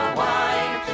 wine